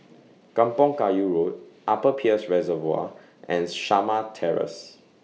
Kampong Kayu Road Upper Peirce Reservoir and Shamah Terrace